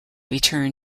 return